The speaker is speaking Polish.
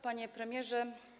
Panie Premierze!